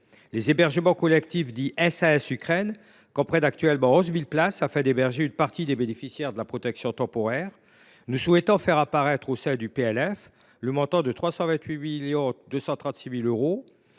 Les hébergements collectifs dits « SAS Ukraine » comprennent actuellement 11 000 places, afin d’héberger une partie des bénéficiaires de la protection temporaire. Nous souhaitons inscrire dans le projet de loi de finances le montant de 328 236 000 euros